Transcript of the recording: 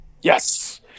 Yes